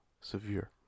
Severe